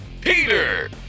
Peter